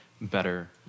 better